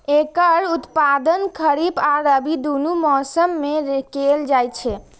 एकर उत्पादन खरीफ आ रबी, दुनू मौसम मे कैल जाइ छै